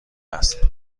است